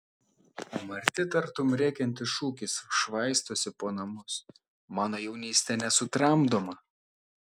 o marti tartum rėkiantis šūkis švaistosi po namus mano jaunystė nesutramdoma